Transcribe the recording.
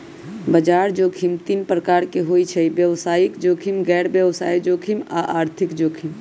बजार जोखिम तीन प्रकार के होइ छइ व्यवसायिक जोखिम, गैर व्यवसाय जोखिम आऽ आर्थिक जोखिम